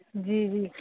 جی جی